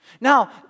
Now